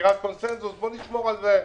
ביצירת קונצנזוס - בואו נשמור על זה.